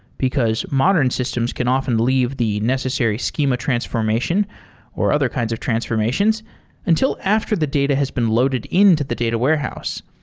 because modern systems can often leave the necessary schema transformation or other kinds of transformations until after the data has been loaded into the data warehouse.